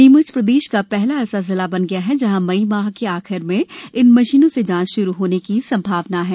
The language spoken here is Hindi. नीमच प्रदेश का पहला ऐसा जिला बन गया है जहां मई माह के अंत में इन मशीनों से जांच प्रारंभ होने की संभावना है